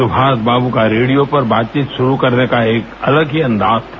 सुभाषबाबू का रेडियो पर बातचीत शुरू करने का एक अलग ही अंदाज़ था